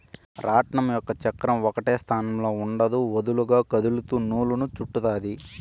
రాట్నం యొక్క చక్రం ఒకటే స్థానంలో ఉండదు, వదులుగా కదులుతూ నూలును చుట్టుతాది